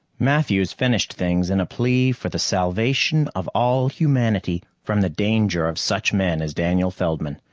matthews finished things in a plea for the salvation of all humanity from the danger of such men as daniel feldman.